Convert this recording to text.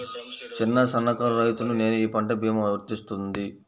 చిన్న సన్న కారు రైతును నేను ఈ పంట భీమా వర్తిస్తుంది?